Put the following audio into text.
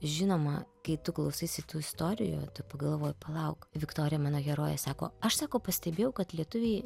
žinoma kai tu klausaisi tų istorijų tu pagalvoji palauk viktorija mano herojė sako aš sako pastebėjau kad lietuviai